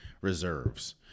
reserves